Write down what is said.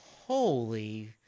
holy